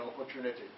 opportunity